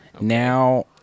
Now